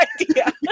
idea